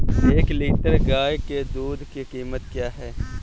एक लीटर गाय के दूध की कीमत क्या है?